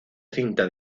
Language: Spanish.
cinta